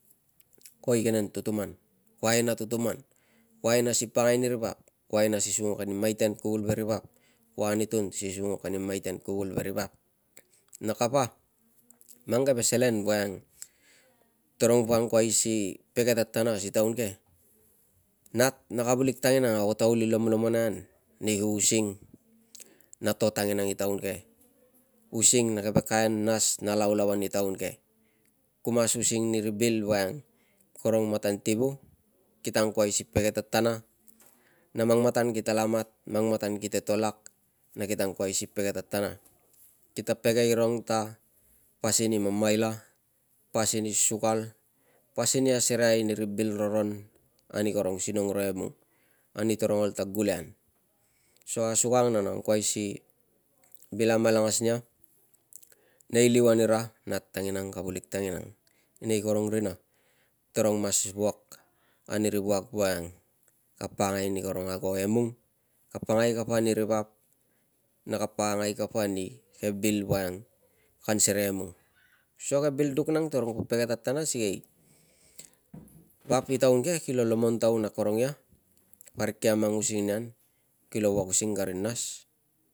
Ko igenen tutuman, ko aina tutuman, ko aina si pakangai ani ri vap, ko aina si sunguk ani maiten kuvul veri vap, ko anitun si sunguk ani maiten kuvul veri vap na kapa mang keve selen woiang tarong po angkuai si pege tatana si taun ke. Nat na kavulik tanginang ago ta kuli lomlomonai an ni using na to tanginang i taun ke, using na keve kain nas na laulauan i taun ke. Ku mas using ni ri bil woiang karong matan tivu kita angkuai si pege tatana na mang matan kitala mat na mang matan kite to lak na kite angkuai si pege tatana. Kite pege irong ta pasin i mamaila, pasin i sukal, pasin i asereai ni ri bil roron ani karong sinong ro emung ani tarong ol ta gule an. So asuang na no angkuai si vil amalangas nia nei liuan ira nat tanginang, kavulik tanginang, enei karong rina tarong mas wuak ani ri wuak woiang ka pakangai ni karong ago emung, ka pakangai kapa ni ri vap, ka pakangai kapa ni ke bil woiang kan serei emung. So ke bil duk nang torong po pege tatana sikei vap i taun ke kilo lomontaun akorong ia, parik kia mang using nia an, kilo wuak using kari nas